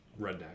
redneck